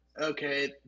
okay